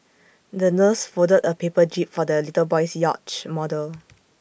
the nurse folded A paper jib for the little boy's yacht model